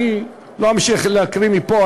אני לא אמשיך להקריא מפה,